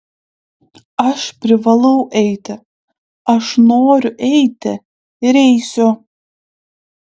aš privalau eiti aš noriu eiti ir eisiu